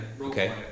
Okay